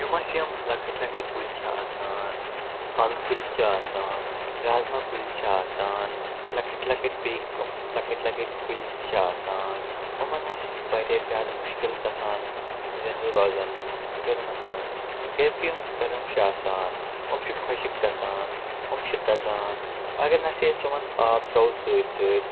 یِم اَسہِ یِم لۄکٕٹۍ لۄکٕٹۍ کُلۍ چھِ آسان اَلہٕ کُلۍ چھِ آسان رازما کُلۍ چھِ آسان لۄکٕٹۍ لۄکٕٹۍ بیٚیہِ کَم لۄکٕٹۍ لۄکٕٹۍ کُلۍ تہِ چھِ آسان یِمَن ہَسا چھِ واریاہ زیادٕ مُشکِل گژھان زِنٛدٕ روزُن گرمَس منٛز کیٛازکہِ یِم گرم چھِ آسان یِم چھِ خۄشِک گژھان یِم چھِ دَزان اگر نہ سے أسۍ یِمَن آب ترٛاوو سۭتۍ سۭتۍ